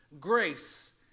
grace